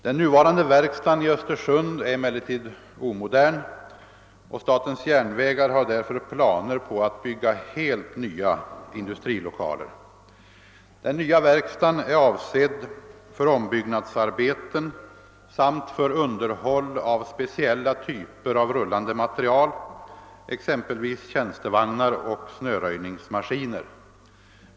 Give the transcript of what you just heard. Den nuvarande verkstaden i Östersund är emellertid omodern, och SJ har därför planer på att bygga helt nya industrilokaler. Den nya verkstaden är avsedd för ombyggnads arbeten samt för underhåll av speciella iyper av rullande materiel exempelvis tjänstevagnar och snöröjningsmaskiner.